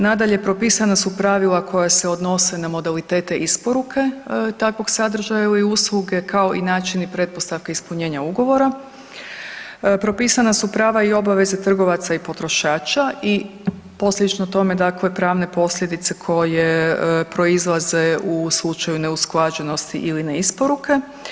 Nadalje, propisana su pravila koja se odnose na modalitete isporuke takvog sadržaja ili usluge, kao i načini pretpostavki ispunjenja ugovora, propisana su prava i obaveze trgovaca i potrošača i posljedično tome, dakle pravne posljedice koje proizlaze u slučaju neusklađenosti ili neisporuke.